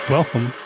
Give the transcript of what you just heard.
Welcome